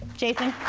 jason?